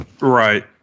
Right